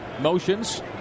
motions